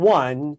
one